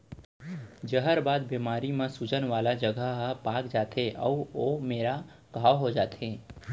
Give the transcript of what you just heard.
जहरबाद बेमारी म सूजन वाला जघा ह पाक जाथे अउ ओ मेरा घांव हो जाथे